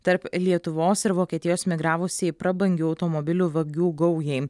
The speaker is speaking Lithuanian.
tarp lietuvos ir vokietijos migravusiai prabangių automobilių vagių gaujai